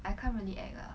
I can't really act lah